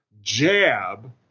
jab